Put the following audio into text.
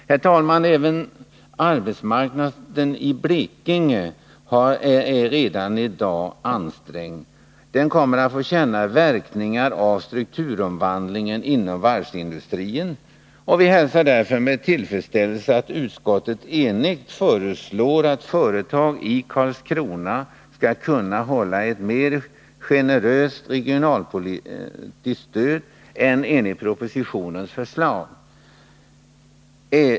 Även arbetsmarknaden i Blekinge, som redan i dag är ansträngd, kommer att få känna verkningar av strukturomvandlingen inom varvsindustrin. Vi hälsar därför med tillfredsställelse att utskottet enhälligt föreslår att företag i Karlskrona skall kunna erhålla ett mer generöst regionalpolitiskt stöd än enligt propositionens förslag.